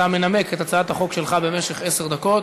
אתה מנמק את הצעת החוק שלך במשך עשר דקות.